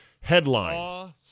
Headline